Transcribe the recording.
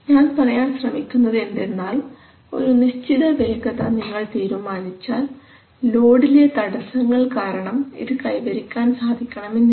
ഞാൻ പറയാൻ ശ്രമിക്കുന്നത് എന്തെന്നാൽ ഒരു നിശ്ചിതവേഗത നിങ്ങൾ തീരുമാനിച്ചാൽ ലോഡിലെ തടസ്സങ്ങൾ കാരണം ഇത് കൈവരിക്കാൻ സാധിക്കണമെന്നില്ല